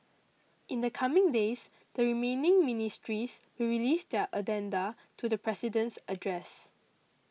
in the coming days the remaining ministries will release their addenda to the President's address